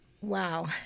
Wow